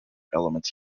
elements